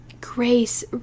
grace